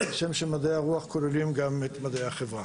כשם שמדעי הרוח כוללים גם את מדעי החברה.